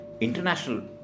international